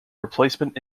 replacement